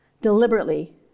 deliberately